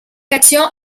cations